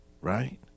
Right